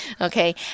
Okay